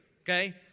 okay